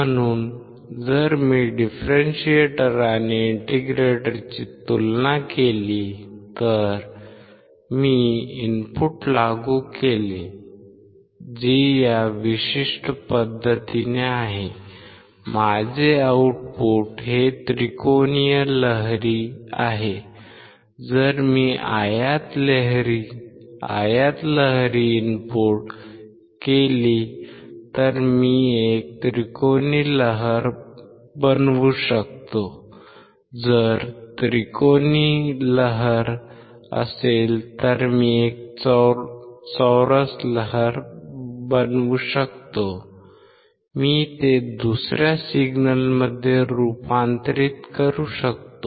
म्हणून जर मी डिफरेंशिएटर आणि इंटिग्रेटरची तुलना केली तर जर मी इनपुट लागू केले जे या विशिष्ट पद्धतीने आहे माझे आउटपुट हे त्रिकोणीय लहरी आहे जर मी आयत लहरी इनपुट केले तर मी एक त्रिकोणी लहर बनवू शकतो जर त्रिकोण तरंग असेल तर मी एक चौरस तरंग बनवू शकतो मी ते दुसर्या सिग्नलमध्ये रूपांतरित करू शकतो